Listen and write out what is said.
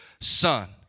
son